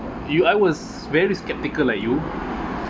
you I was very skeptical like you